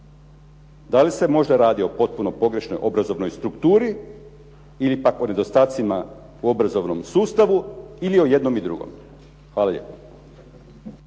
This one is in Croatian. Da li se možda radi o potpuno pogrešnoj obrazovnoj strukturi ili pak o nedostacima u obrazovnom sustavu ili o jednom i drugom? Hvala lijepo.